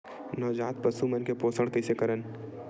नवजात पशु मन के पोषण कइसे करन?